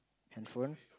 handphone